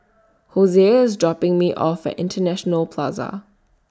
Hosea IS dropping Me off At International Plaza